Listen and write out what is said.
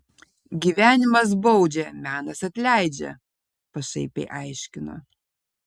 gyvenimas baudžia menas atleidžia pašaipiai aiškino